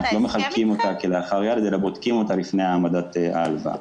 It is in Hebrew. לא מחלקים אותה כלאחר יד אלא בודקים אותה לפני העמדת ההלוואה.